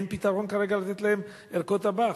אין כרגע פתרון של ערכות אב"כ.